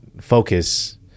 focus